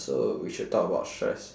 so we should talk about stress